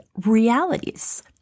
realities